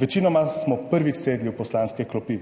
Večinoma smo prvič sedli v poslanske klopi.